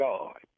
God